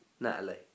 Natalie